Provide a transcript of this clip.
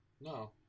No